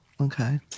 Okay